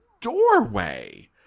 doorway